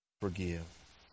Forgive